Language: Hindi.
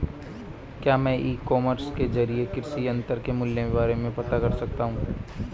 क्या मैं ई कॉमर्स के ज़रिए कृषि यंत्र के मूल्य के बारे में पता कर सकता हूँ?